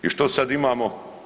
I što sad imamo?